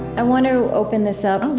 i want to open this up, oh,